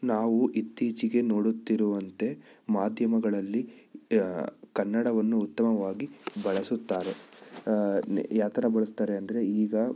ನಾವು ಇತ್ತೀಚಿಗೆ ನೋಡುತ್ತಿರುವಂತೆ ಮಾಧ್ಯಮಗಳಲ್ಲಿ ಕನ್ನಡವನ್ನು ಉತ್ತಮವಾಗಿ ಬಳಸುತ್ತಾರೆ ಯಾವ ಥರ ಬಳಸ್ತಾರೆ ಅಂದರೆ ಈಗ